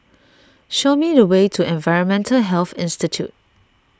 show me the way to Environmental Health Institute